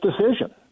decision